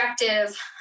objective